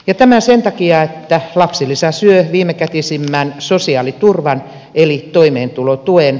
ja tämä sen takia että lapsilisä syö viimekätisimmän sosiaaliturvan eli toimeentulotuen